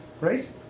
Right